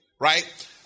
right